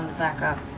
back up.